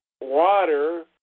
water